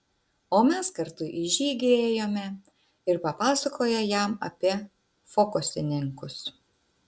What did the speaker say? o mes kartu į žygį ėjome ir papasakojo jam apie fokusininkus